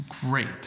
great